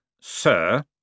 sir